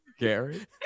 Gary